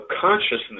consciousness